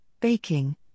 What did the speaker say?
Baking –